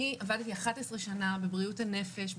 אני עבדתי 11 שנה בבריאות הנפש,